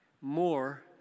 more